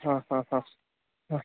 ಹಾಂ ಹಾಂ ಹಾಂ ಹಾಂ